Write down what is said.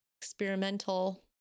experimental